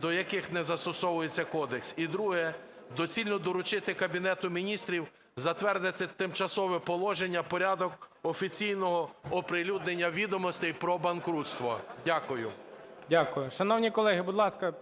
до яких не застосовується кодекс. І друге. Доцільно доручити Кабінету Міністрів затвердити тимчасове положення порядку офіційного оприлюднення відомостей про банкрутство. Дякую. ГОЛОВУЮЧИЙ. Дякую. Шановні колеги, будь ласка,